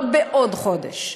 לא בעוד חודש.